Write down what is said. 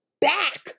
back